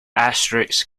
asterisk